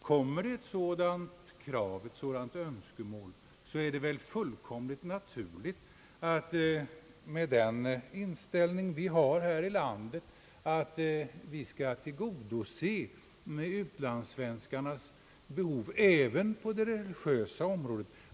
Kommer ett sådant önskemål är det väl fullkomligt naturligt med den inställning vi har här i landet att vi söker tillgodose utlandssvenskarnas behov även på det religiösa området.